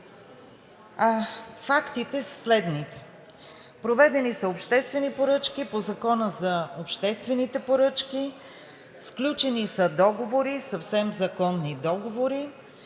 Фактите са следните: проведени са обществени поръчки по Закона за обществените поръчки, сключени са договори – съвсем законни договори,